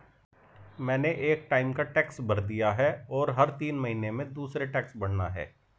मैंने एक टाइम का टैक्स भर दिया है, और हर तीन महीने में दूसरे टैक्स भरना है